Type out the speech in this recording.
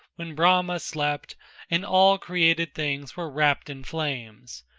when brahma slept and all created things were wrapped in flames,